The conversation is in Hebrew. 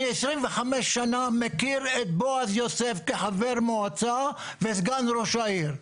אני 25 שנה מכיר את בועז יוסף כחבר מועצה וסגן ראש העיר.